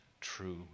true